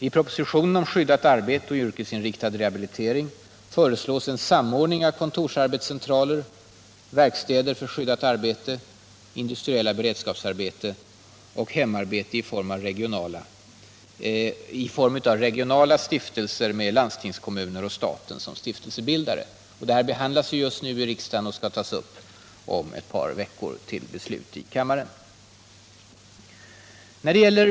I propositionen om skyddat arbete och yrkesinriktad rehabilitering föreslås en samordning av kontorsarbetscentraler, verkstäder för skyddat arbete, industriella beredskapsarbeten och hemarbete, i form av regionala stiftelser med landstingskommuner och staten som stiftelsebildare. Frågan behandlas just nu i riksdagen och skall tas upp till beslut i kammaren om ett par veckor.